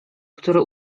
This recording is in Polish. który